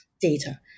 data